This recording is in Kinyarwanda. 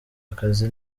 akazi